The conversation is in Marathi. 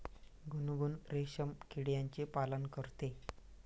गुनगुन रेशीम किड्याचे पालन करते